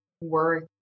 work